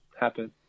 happen